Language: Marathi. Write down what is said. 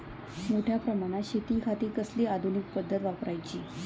मोठ्या प्रमानात शेतिखाती कसली आधूनिक पद्धत वापराची?